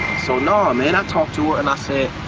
so no man, i talked to her and i said,